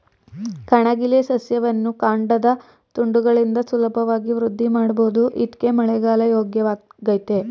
ಕಣಗಿಲೆ ಸಸ್ಯವನ್ನು ಕಾಂಡದ ತುಂಡುಗಳಿಂದ ಸುಲಭವಾಗಿ ವೃದ್ಧಿಮಾಡ್ಬೋದು ಇದ್ಕೇ ಮಳೆಗಾಲ ಯೋಗ್ಯವಾಗಯ್ತೆ